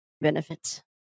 benefits